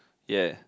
ya